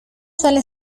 suele